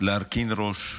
להרכין ראש,